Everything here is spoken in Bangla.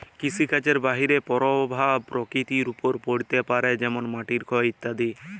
কৃষিকাজের বাহয়ে পরভাব পরকৃতির ওপর পড়তে পারে যেমল মাটির ক্ষয় ইত্যাদি